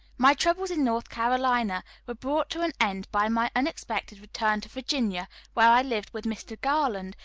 my troubles in north carolina were brought to an end by my unexpected return to virginia, where i lived with mr. garland,